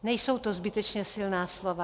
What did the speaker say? Nejsou to zbytečně silná slova.